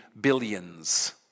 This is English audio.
billions